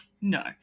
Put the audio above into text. No